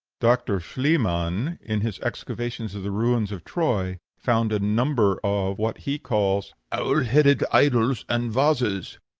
dr. schliemann, in his excavations of the ruins of troy, found a number of what he calls owl-headed idols and vases.